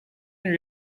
and